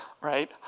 right